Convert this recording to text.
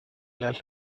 las